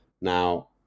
Now